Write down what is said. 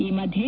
ಈ ಮಧ್ಯೆ